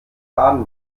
baden